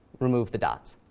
remove the dots.